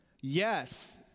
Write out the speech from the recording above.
Yes